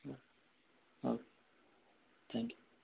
okay thank you